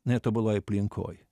netobuloje aplinkoj